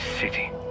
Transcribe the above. city